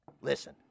Listen